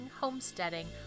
homesteading